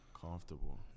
comfortable